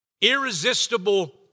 irresistible